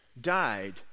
died